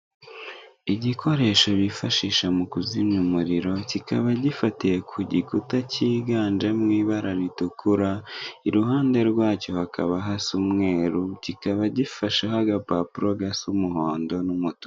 Igikoresho bibashisha mukuzimya umuriro, kikaba gifatiye ku gikuta kiganjemo ibara ritukura, iruhande rwacyo hakaba has'umweru kikaba gifasheho agapapuro gas'umuhondo n'umutuku.